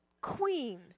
Queen